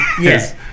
Yes